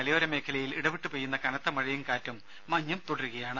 മലയോര മേഖലയിൽ ഇടവിട്ട് പെയ്യുന്ന കനത്ത മഴയും കാറ്റും മഞ്ഞും തുടരുകയാണ്